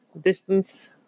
distance